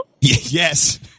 Yes